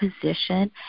position